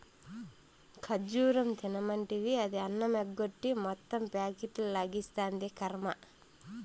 ఖజ్జూరం తినమంటివి, అది అన్నమెగ్గొట్టి మొత్తం ప్యాకెట్లు లాగిస్తాంది, కర్మ